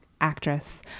actress